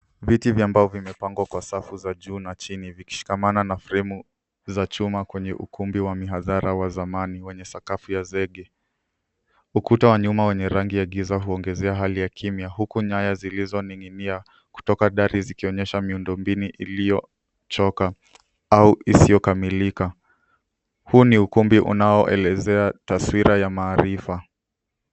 Viti vya mbao vimepangwa kwa safu za juu na chini vikishikamana na fremu za chuma kwenye ukumbi wa mihadhara wa zamani wenye sakafu ya zege. Ukuta wa nyuma wenye rangi ya giza hungezea hali ya kimya huku nyaya zilizining'inia kutoka dari zikionyesha miundombinu iliyo choka au isiyokamilika. Huu ni ukumbi unaolekezea taswira ya maarifa.